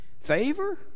Favor